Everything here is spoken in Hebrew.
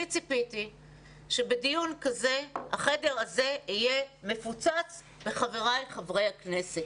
אני ציפיתי שבדיון כזה החדר הזה יהיה מפוצץ בחבריי חברי הכנסת